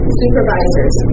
supervisors